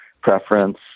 preference